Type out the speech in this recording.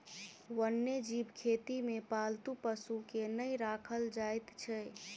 वन्य जीव खेती मे पालतू पशु के नै राखल जाइत छै